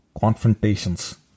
confrontations